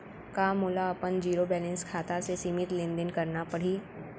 का मोला अपन जीरो बैलेंस खाता से सीमित लेनदेन करना पड़हि?